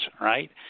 right